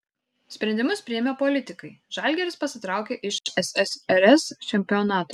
sprendimus priėmė politikai žalgiris pasitraukė iš ssrs čempionato